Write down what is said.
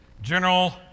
General